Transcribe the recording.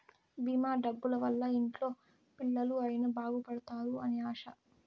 భీమా డబ్బుల వల్ల ఇంట్లో పిల్లలు అయిన బాగుపడుతారు అని ఆశ